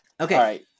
Okay